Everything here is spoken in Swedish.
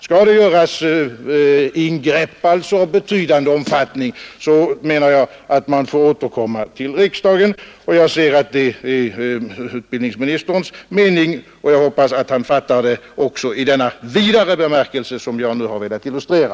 Skulle det göras ingrepp av betydande omfattning, menar jag att man får återkomma till riksdagen. Jag ser att det också är utbildningsministerns mening och hoppas att han fattar detta i den vidare bemärkelse som jag nu har velat illustrera.